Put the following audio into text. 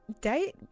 date